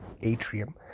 atrium